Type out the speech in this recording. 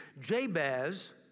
Jabez